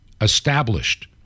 established